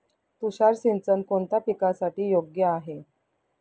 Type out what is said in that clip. तुषार सिंचन कोणत्या पिकासाठी योग्य आहे?